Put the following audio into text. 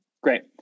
great